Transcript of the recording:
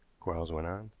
quarles went on.